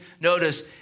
Notice